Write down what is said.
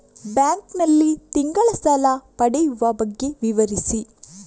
Bank ನಲ್ಲಿ ತಿಂಗಳ ಸಾಲ ಪಡೆಯುವ ಬಗ್ಗೆ ವಿವರಿಸಿ?